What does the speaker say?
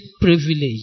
Privilege